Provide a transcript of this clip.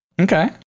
Okay